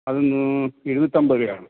അത് ഇരുന്നൂറ്റമ്പത് രൂപയാണ്